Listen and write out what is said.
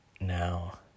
now